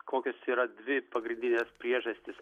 kokios yra dvi pagrindinės priežastys